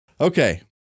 Okay